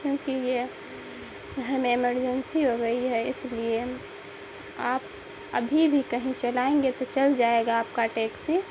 کیونکہ یہ گھر میں ایمرجنسی ہو گئی ہے اس لیے آپ ابھی بھی کہیں چلائیں گے تو چل جائے گا آپ کا ٹیکسی